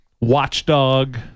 watchdog